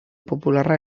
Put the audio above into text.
popularra